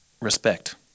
Respect